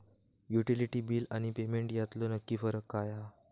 Utility बिला आणि payment यातलो नक्की फरक काय हा?